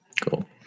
Cool